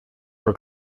for